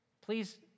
please